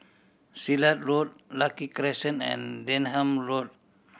Silat Road Lucky Crescent and Denham Road